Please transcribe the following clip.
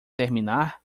terminar